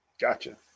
Gotcha